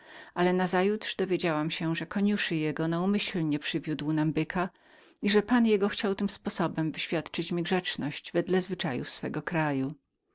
ale nazajutrz dowiedziałam się że koniuszy jego na umyślnie przywiódł tam byka i że pan jego chciał tym sposobem wyświadczyć mi grzeczność wedle zwyczajów swego kraju